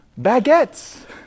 baguettes